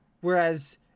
whereas